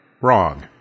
Wrong